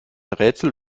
rätsel